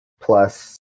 plus